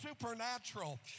supernatural